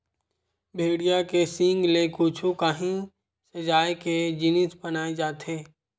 भेड़िया के सींग ले कुछु काही सजाए के जिनिस बनाए जाथे